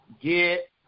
get